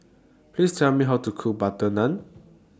Please Tell Me How to Cook Butter Naan